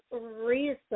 reason